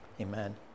Amen